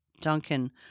Duncan